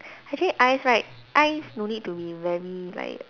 actually eyes right eyes no need to be very like